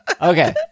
Okay